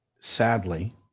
sadly